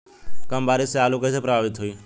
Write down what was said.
कम बारिस से आलू कइसे प्रभावित होयी?